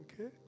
okay